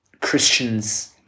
Christians